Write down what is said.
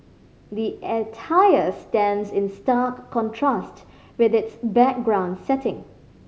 the attire stands in stark contrast with its background setting